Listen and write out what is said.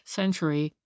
century